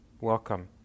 welcome